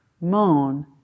moan